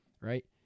right